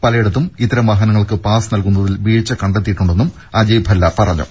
പലയിടത്തും ഇത്തരം വാഹനങ്ങൾക്ക് പാസ് നൽകുന്നതിൽ വീഴ്ച കണ്ടെത്തിയിട്ടുണ്ടെന്നും അജയ് ഭല്ല പറഞ്ഞു